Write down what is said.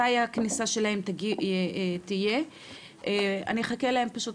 מתי הכניסה שלהם תהיה ואני אחכה להם פשוט,